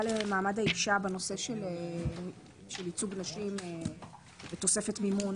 למעמד האישה בנושא של ייצוג נשים ותוספת מימון.